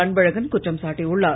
அன்பழகன் குற்றம் சாட்டியுள்ளார்